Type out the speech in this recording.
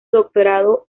doctorado